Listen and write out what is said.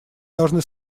должны